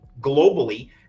globally